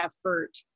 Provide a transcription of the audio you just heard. effort